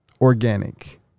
organic